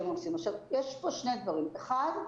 יש פה שני דברים, אחד,